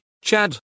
Chad